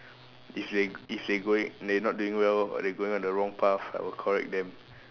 if they if they going they not doing well or they going on the wrong path I will correct them